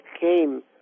came